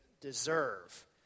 deserve